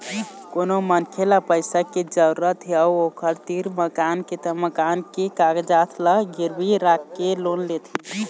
कोनो मनखे ल पइसा के जरूरत हे अउ ओखर तीर मकान के त मकान के कागजात ल गिरवी राखके लोन लेथे